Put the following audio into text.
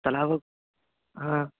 तलाव् हा